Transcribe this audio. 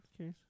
Okay